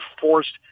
forced